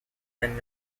ten